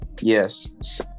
Yes